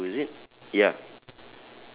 pale blue is it ya